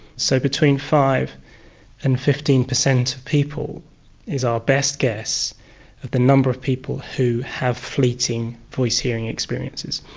so between five and fifteen percent of people is our best guess of the number of people who have fleeting voice-hearing experiences.